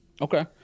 Okay